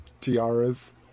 tiaras